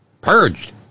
purged